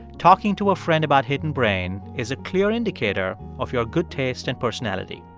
talking to a friend about hidden brain is a clear indicator of your good taste and personality